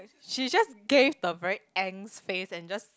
she just gave the very angst face and just